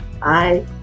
Bye